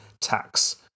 tax